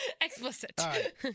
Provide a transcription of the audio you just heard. Explicit